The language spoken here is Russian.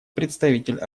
представитель